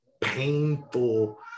painful